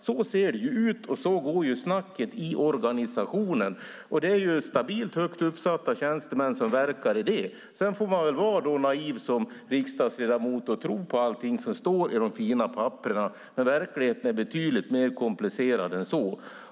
Så ser det ut och så går ju snacket i organisationen. Det är stabilt högt uppsatta tjänstemän som verkar i det. Sedan får man väl vara naiv som riksdagsledamot och tro på allting som står i de fina papperen, men verkligheten är betydligt mer komplicerad än så.